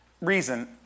reason